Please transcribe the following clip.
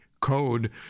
code